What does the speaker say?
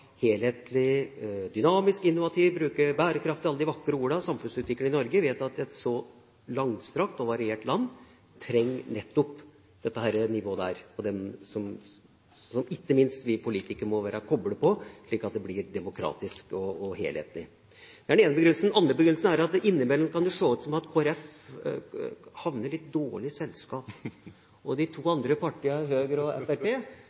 alle de vakre ordene – og samfunnsutviklere i Norge vet at et så langstrakt og variert land trenger nettopp dette nivået, som ikke minst vi politikere må være koblet til, slik at det blir demokratisk og helhetlig. Det er den ene begrunnelsen. Den andre begrunnelsen er at innimellom kan det se ut som at Kristelig Folkeparti havner i litt dårlig selskap. Partiene Høyre og